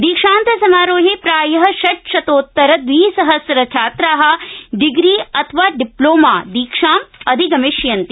दीक्षान्त समारोहे प्रायः षट्शतोत्तर द्विसहस्रछात्रा डिग्री अथवा डिप्लोमा दीक्षां अधिगमिष्यन्ति